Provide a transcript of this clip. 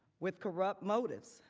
with correct motive.